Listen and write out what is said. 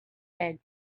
said